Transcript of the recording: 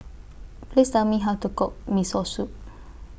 Please Tell Me How to Cook Miso Soup